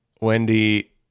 wendy